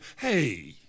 Hey